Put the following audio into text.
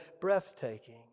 breathtaking